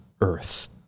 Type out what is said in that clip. earth